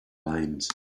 limes